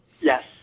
Yes